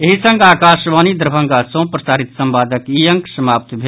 एहि संग आकाशवाणी दरभंगा सँ प्रसारित संवादक ई अंक समाप्त भेल